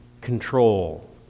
control